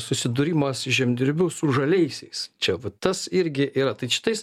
susidūrimas žemdirbių su žaliaisiais čia vat tas irgi yra tai šitais